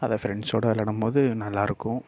அதை ஃப்ரெண்ஸோடு விளாடும்போது நல்லாயிருக்கும்